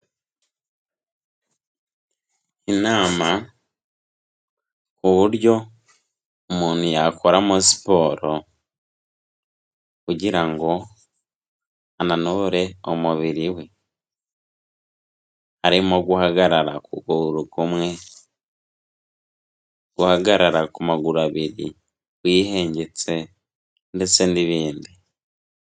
Inama uburyo umuntu yakoramo siporo kugira ngo ananure umubiri we, harimo guhagarara ku kuguru kumwe, guhagarara ku maguru abiri wihengetse ndetse n'ibindi.